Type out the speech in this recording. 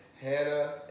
Hannah